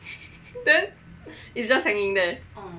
then it's just hanging there